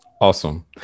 Awesome